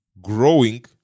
growing